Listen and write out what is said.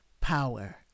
Power